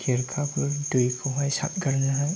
खेरखाफोर दैखौहाय सारगारनोहाय